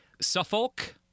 Suffolk